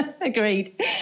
Agreed